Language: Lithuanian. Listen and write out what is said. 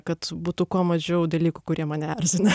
kad būtų kuo mažiau dalykų kurie mane erzina